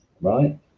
right